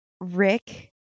rick